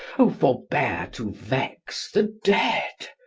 o forbear to vex the dead.